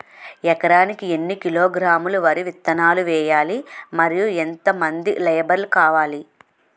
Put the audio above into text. ఎకరానికి ఎన్ని కిలోగ్రాములు వరి విత్తనాలు వేయాలి? మరియు ఎంత మంది లేబర్ కావాలి?